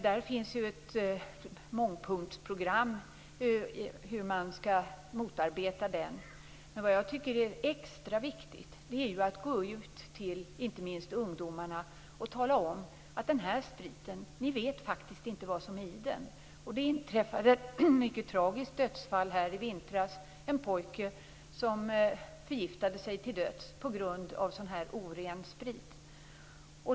Där finns ett mångpunktsprogram för hur man skall motarbeta den. Vad jag tycker är extra viktigt är att gå ut till inte minst ungdomarna och tala om att de inte vet vad som finns i svartspriten. Det inträffade ett mycket tragiskt dödsfall i vintras, när en pojke förgiftade sig till döds på grund av oren sprit.